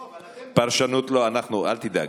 לא, אבל אתם, לא, אנחנו, אל תדאג.